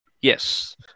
Yes